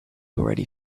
already